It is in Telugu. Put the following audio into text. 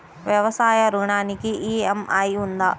వ్యవసాయ ఋణానికి ఈ.ఎం.ఐ ఉందా?